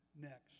next